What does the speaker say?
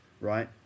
Right